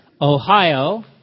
Ohio